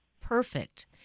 perfect